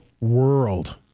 world